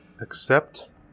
accept